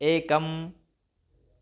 एकम्